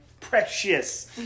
precious